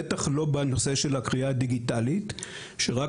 בטח לא בנושא של הקריאה הדיגיטלית שרק